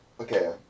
okay